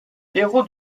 héros